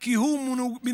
כי הוא מנוגד